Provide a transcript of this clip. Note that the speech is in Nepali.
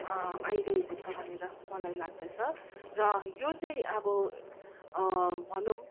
आइरहेको छ भनेर मलाई लाग्दछ र यो चाहिँ अब भनौँ हाम्रो